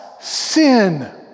sin